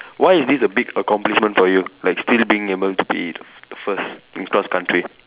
why is this a big accomplishment for you like still being able to be the first in cross country